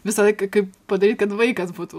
visąlaik kaip padaryt kad vaikas būtų